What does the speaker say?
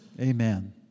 Amen